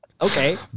Okay